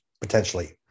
Potentially